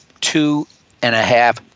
two-and-a-half